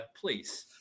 please